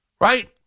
Right